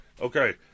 Okay